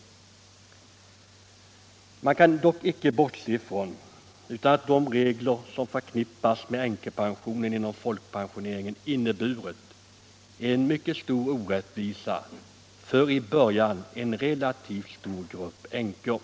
Man kan dock inte bortse, herr talman, från att de regler som är förknippade med änkepensionen inom folkpensioneringen har inneburit en mycket stor orättvisa för en från början relativt stor grupp änkor.